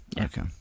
Okay